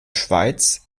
schweiz